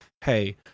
hey